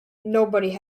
nobody